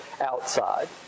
outside